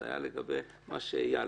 זה היה לגבי מה שאיל אמר,